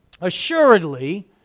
assuredly